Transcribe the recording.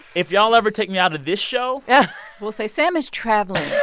if y'all ever take me out of this show. yeah we'll say, sam is traveling.